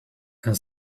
and